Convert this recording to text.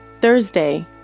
Thursday